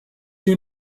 you